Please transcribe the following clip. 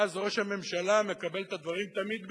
ואז ראש הממשלה מקבל את הדברים תמיד ב-delay,